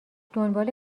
دنبال